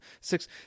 six